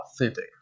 authentic